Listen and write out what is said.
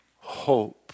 hope